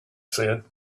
said